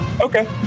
Okay